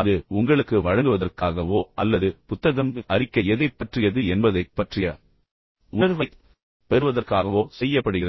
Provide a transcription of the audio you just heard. அது உங்களுக்கு வழங்குவதற்காகவோ அல்லது புத்தகம் எதைப் பற்றியது அறிக்கை எதைப் பற்றியது என்பதைப் பற்றிய விரைவான உணர்வைப் பெறுவதற்காகவோ செய்யப்படுகிறது